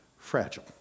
Fragile